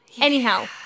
anyhow